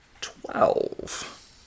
twelve